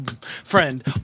friend